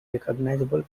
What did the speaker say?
recognizable